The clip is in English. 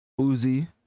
uzi